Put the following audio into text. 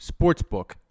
sportsbook